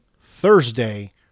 Thursday